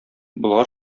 болгар